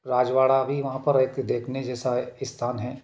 राजवाड़ा भी वहाँ पर एक देखने जैसा स्थान है